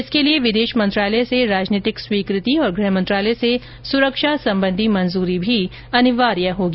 इसके लिए विदेश मंत्रालय से राजनीतिक स्वीकृति और गृहमंत्रालय से सुरक्षा संबंधी मंजूरी भी अनिवार्य होगी